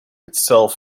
itself